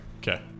Okay